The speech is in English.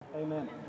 Amen